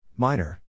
Minor